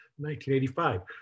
1985